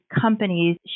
companies